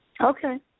Okay